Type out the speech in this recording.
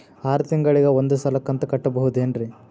ಆರ ತಿಂಗಳಿಗ ಒಂದ್ ಸಲ ಕಂತ ಕಟ್ಟಬಹುದೇನ್ರಿ?